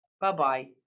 Bye-bye